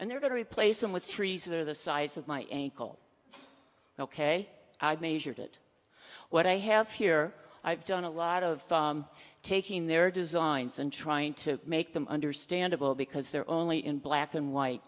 and they're going to replace them with trees or the size of my ankle ok i majored it what i have here i've done a lot of taking their designs and trying to make them understandable because they're only in black and white